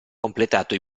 completato